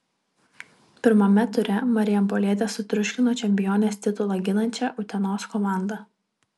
pirmame ture marijampolietės sutriuškino čempionės titulą ginančią utenos komandą